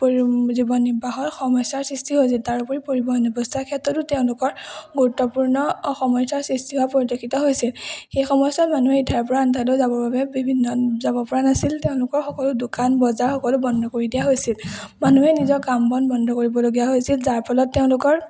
জীৱন নিৰ্বাহত সমস্যাৰ সৃষ্টি হৈছিল তাৰোপৰি পৰিবহণ ব্যৱস্থাৰ ক্ষেত্ৰতো তেওঁলোকৰ গুৰুত্বপূৰ্ণ সমস্যাৰ সৃষ্টি হোৱা পৰিলক্ষিত হৈছিল সেই সময়ছোৱাত মানুহে ইঠাইৰ পৰা আনঠাইলৈ যাবৰ বাবে বিভিন্ন যাব পৰা নাছিল তেওঁলোকৰ সকলো দোকান বজাৰ সকলো বন্ধ কৰি দিয়া হৈছিল মানুহে নিজৰ কাম বন বন্ধ কৰিবলগীয়া হৈছিল যাৰ ফলত তেওঁলোকৰ